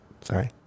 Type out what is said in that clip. sorry